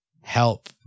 help